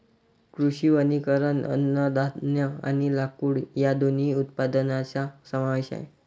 कृषी वनीकरण अन्नधान्य आणि लाकूड या दोन्ही उत्पादनांचा समावेश आहे